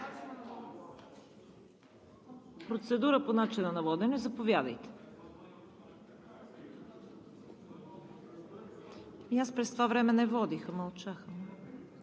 Процедура по начина на водене – заповядайте. (Реплики.) Аз през това време не водих, а мълчах.